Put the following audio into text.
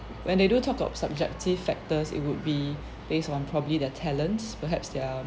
when they do talk of subjective factors it would be based on probably their talents perhaps their